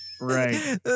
Right